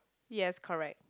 yes correct